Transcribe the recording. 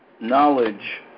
knowledge